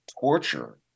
torture